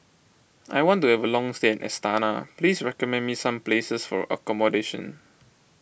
I want to have a long stay in Astana please recommend me some places for accommodation